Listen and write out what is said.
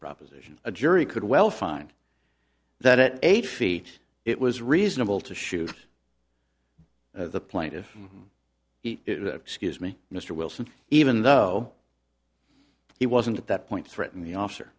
proposition a jury could well find that at eight feet it was reasonable to shoot the plaintiff excuse me mr wilson even though he wasn't at that point threaten the officer